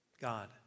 God